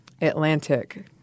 Atlantic